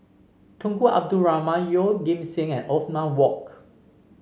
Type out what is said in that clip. Tunku Abdul Rahman Yeoh Ghim Seng and Othman Wok